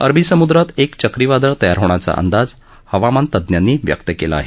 अरबी समूद्रात एक चक्रीवादळ तयार होण्याचा अंदाज हवामान तज्ञांनी व्यक्त केला आहे